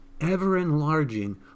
ever-enlarging